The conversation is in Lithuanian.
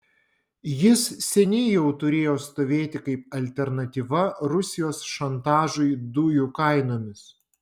jis seniai jau turėjo stovėti kaip alternatyva rusijos šantažui dujų kainomis